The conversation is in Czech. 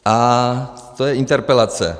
A to je interpelace.